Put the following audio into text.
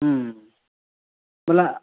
ଗଲା